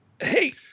Hey